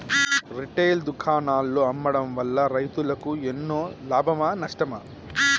Retail దుకాణాల్లో అమ్మడం వల్ల రైతులకు ఎన్నో లాభమా నష్టమా?